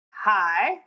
Hi